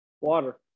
water